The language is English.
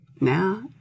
now